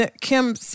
Kim